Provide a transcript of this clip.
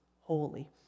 holy